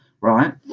right